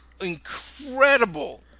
incredible